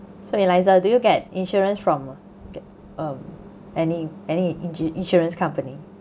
so eliza did you get insurance from um any any in~ insurance company